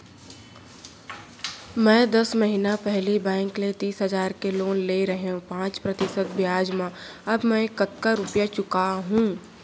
मैं दस महिना पहिली बैंक ले तीस हजार के लोन ले रहेंव पाँच प्रतिशत के ब्याज म अब मैं कतका रुपिया चुका हूँ?